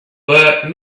but